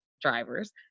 drivers